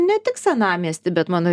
ne tik senamiesty bet mano